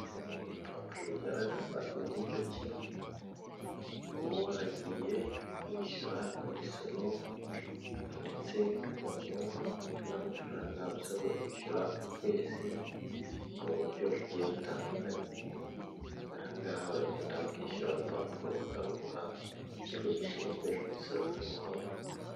Uru ni rupapuro rugaragaza uburyo ki uba waragiye wishyura imisoro ndetse ku nyungu n'amafaranga usabwa kwishyura ku kwezi mu buryo bugiye butandukanye. Aha ngaha uragenda ukishyura urupapuro bakaruguha mu kigo gishinzwe imisoro n'amahoro.